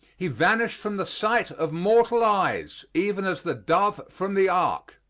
he vanished from the sight of mortal eyes, even as the dove from the ark.